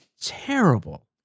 terrible